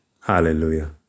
Hallelujah